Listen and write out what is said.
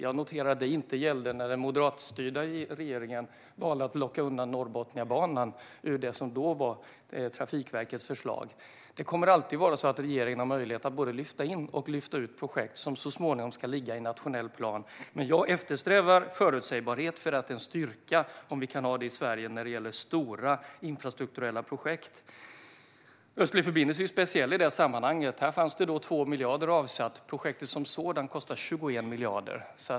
Jag noterar att det inte gällde när den moderatstyrda regeringen valde att plocka undan Norrbotniabanan ur det som då var Trafikverkets förslag. Det kommer alltid att vara så att regeringen har möjlighet att både lyfta in och lyfta ut projekt som så småningom ska ligga i en nationell plan. Men jag eftersträvar förutsägbarhet. Det är en styrka om vi kan ha det i Sverige när det gäller stora infrastrukturella projekt. Östlig förbindelse är speciell i det sammanhanget. Här fanns det 2 miljarder avsatta. Projektet som sådant kostar 21 miljarder.